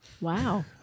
Wow